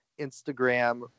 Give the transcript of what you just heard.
Instagram